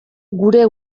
gure